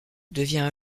devient